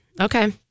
Okay